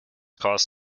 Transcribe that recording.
caused